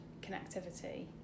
connectivity